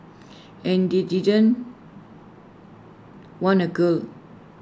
and they didn't want A girl